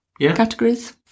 categories